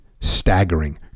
staggering